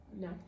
No